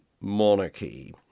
monarchy